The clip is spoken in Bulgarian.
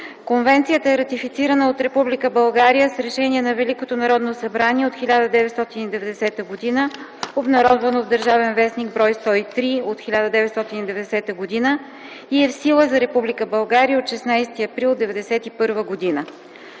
Конвенцията е ратифицирана от Република България с Решение на Великото Народно събрание от 1990 г., обнародвано в „Държавен вестник” бр. 103 от 1990 г., и е в сила за Република България от 16 април 1991 г.